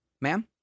ma'am